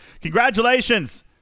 Congratulations